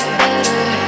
better